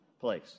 place